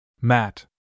Matt